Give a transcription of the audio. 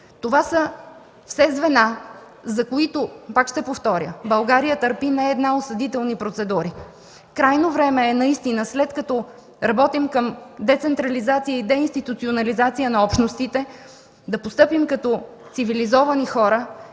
Това са все звена, за които, пак ще повторя, България търпи осъдителни процедури. Крайно време е, след като работим към децентрализация и деинституционализация на общностите, да постъпим като цивилизовани хора